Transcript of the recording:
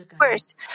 First